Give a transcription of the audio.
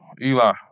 Eli